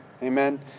Amen